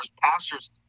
pastors